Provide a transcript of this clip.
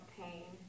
pain